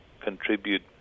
contribute